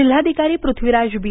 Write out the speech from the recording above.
जिल्हाधिकारी पृथ्वीराज बी